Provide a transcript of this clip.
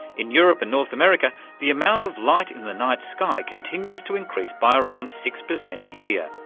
in europe and north america the amount of light in the night sky continues to increase by around six per cent a year.